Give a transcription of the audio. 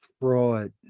fraud